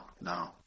no